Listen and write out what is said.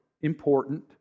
important